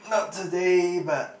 not today but